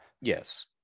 Yes